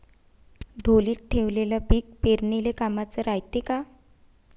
ढोलीत ठेवलेलं पीक पेरनीले कामाचं रायते का?